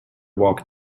walked